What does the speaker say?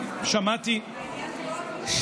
שמעתי, העניין הוא לא התמיכה במבצע.